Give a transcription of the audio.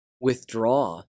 withdraw